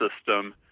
system